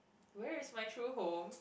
where is my true home